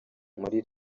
muri